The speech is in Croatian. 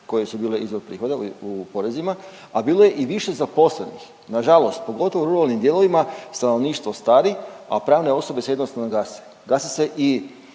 koje su bile izvor prihoda u porezima, a bilo je i više zaposlenih. Nažalost pogotovo u ruralnim dijelovima, stanovništvo stari, a pravne osobe se jednostavno gase. Gasi se i